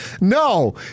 No